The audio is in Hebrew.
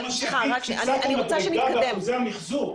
מה שיביא את קפיצת המדרגה זה אחוזי המחזור.